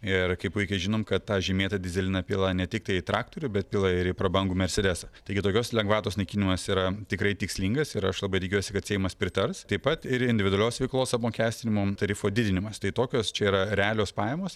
ir kaip puikiai žinom kad tą žymėtą dyzeliną pila ne tiktai į traktorių bet pila ir į prabangų mersedesą taigi tokios lengvatos naikinimas yra tikrai tikslingas ir aš labai tikiuosi kad seimas pritars taip pat ir individualios veiklos apmokestinimo tarifo didinimas tai tokios čia yra realios pajamos